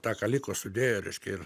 tą ką liko sudėjo reiškia ir